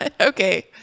Okay